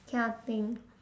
cannot think